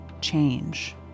change